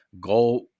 Go